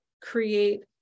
create